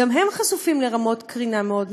וגם הם חשופים לרמות קרינה מאוד מסוכנות.